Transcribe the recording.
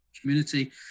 community